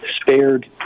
spared